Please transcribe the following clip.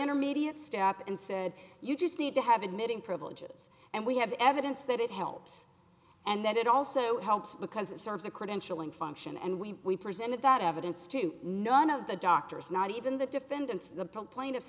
intermittent step and said you just need to have admitting privileges and we have evidence that it helps and that it also helps because it serves a credentialing function and we presented that evidence to none of the doctors not even the defendants the plaintiffs